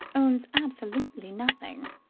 owns absolutely nothing.